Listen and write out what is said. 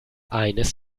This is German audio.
eines